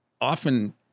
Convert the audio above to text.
often